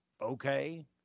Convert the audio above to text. okay